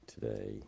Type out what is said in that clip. today